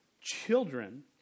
children